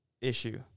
issue